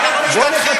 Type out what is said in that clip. בואו נראה.